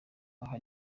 hano